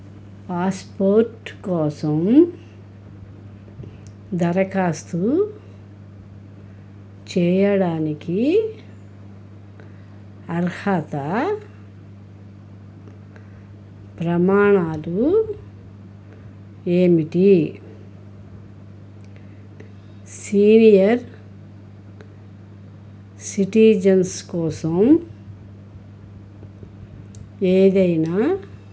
passport కోసం దరఖాస్తు చేయడానికి అర్హత ప్రమాణాలు ఏమిటి సీనియర్ సిటిజన్స్ కోసం ఏదైనా